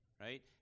right